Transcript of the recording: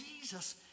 Jesus